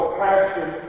passion